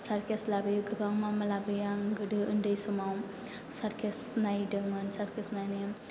circus लाबोयो गोबां मा मा लाबोयो आं गोदो उन्दै समाव सारकेस नायदोंमोन सारकेस नायनायाव